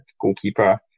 goalkeeper